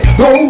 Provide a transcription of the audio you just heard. go